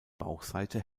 bauchseite